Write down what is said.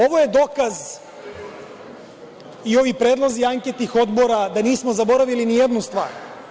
Ovo je dokaz i ovi predlozi anketnih odbora, da nismo zaboravili ni jednu stvar.